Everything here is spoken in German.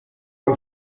man